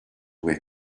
wake